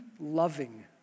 loving